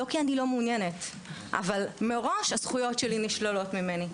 אבל מראש הזכויות שלי נשללות ממני.